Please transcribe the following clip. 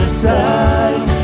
side